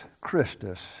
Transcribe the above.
Christus